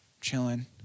chilling